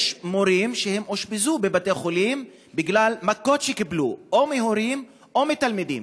יש מורים שאושפזו בבתי-חולים בגלל מכות שקיבלו או מהורים או מתלמידים.